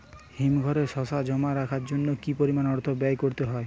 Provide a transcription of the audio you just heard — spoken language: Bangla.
হিমঘরে শসা জমা রাখার জন্য কি পরিমাণ অর্থ ব্যয় করতে হয়?